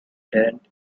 turned